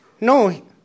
no